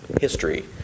history